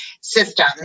system